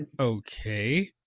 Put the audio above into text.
Okay